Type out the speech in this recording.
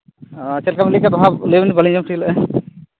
ᱟᱨ ᱪᱮᱫᱞᱮᱠᱟᱢ ᱞᱟᱹᱭ ᱠᱮᱫᱼᱟ ᱞᱟᱹᱭ ᱵᱮᱱ ᱫᱚᱦᱲᱟ ᱵᱟᱹᱞᱤᱧ ᱟᱸᱡᱚᱢ ᱴᱷᱤᱠ ᱞᱮᱜᱼᱟ